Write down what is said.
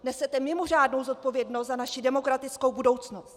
Nesete mimořádnou zodpovědnost za naši demokratickou budoucnost!